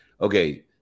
okay